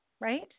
right